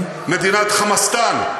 מדינת חמאסטן,